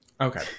okay